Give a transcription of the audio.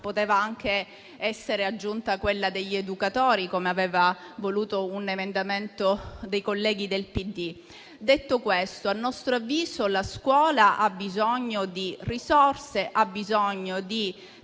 potuto essere aggiunta quella degli educatori, come aveva proposto un emendamento dei colleghi del PD. Detto questo, a nostro avviso la scuola ha bisogno di risorse e di